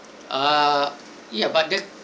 uh ya but that